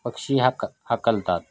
पक्षी हाक हाकलतात